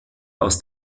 aus